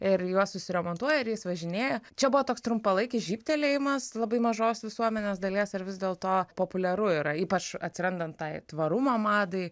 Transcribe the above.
ir juos susiremontuoja ir jais važinėja čia buvo toks trumpalaikis žybtelėjimas labai mažos visuomenės dalies ar vis dėlto populiaru yra ypač atsirandant tai tvarumo madai